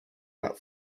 that